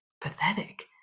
pathetic